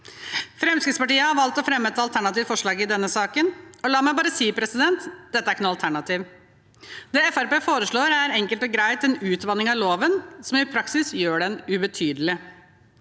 Fremskrittspartiet har valgt å fremme et alternativt forslag i denne saken. La meg bare si at dette ikke er noe alternativ. Det Fremskrittspartiet foreslår, er enkelt og greit en utvanning av loven, som i praksis gjør den ubetydelig.